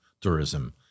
tourism